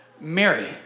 Mary